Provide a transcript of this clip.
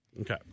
Okay